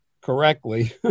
correctly